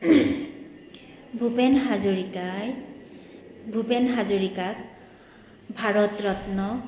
ভূপেন হাজৰিকাই ভূপেন হাজৰিকাক ভাৰত ৰত্ন